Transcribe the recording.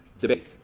debate